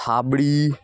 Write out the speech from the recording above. થાબડી